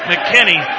McKinney